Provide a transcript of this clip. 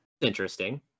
Interesting